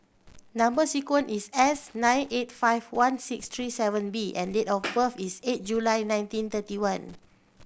number sequence is S nine eight five one six three seven B and date of birth is eight July nineteen thirty one